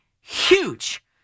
huge